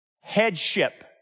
headship